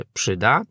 przyda